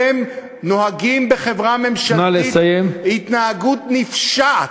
אתם נוהגים בחברה ממשלתית התנהגות נפשעת.